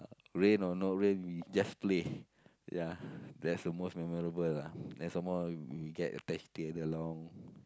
rain or not rain we just play ya that's the most memorable lah then some more we get attached together along